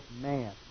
man